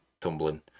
tumbling